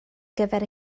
gyfer